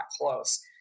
close